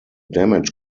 damage